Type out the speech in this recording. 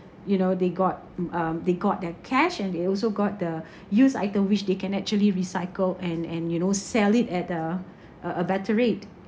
you know they got mm um they got their cash and they also got the used item which they can actually recycle and and you know sell it at a a a better rate